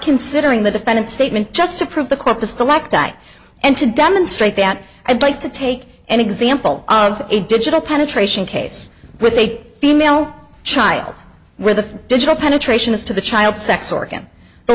considering the defendant's statement just to prove the corpus select i and to demonstrate that i'd like to take an example of a digital penetration case with a female child where the digital penetration is to the child sex organ